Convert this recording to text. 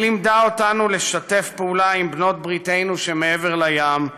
היא לימדה אותנו לשתף פעולה עם בעלות בריתנו שמעבר לים,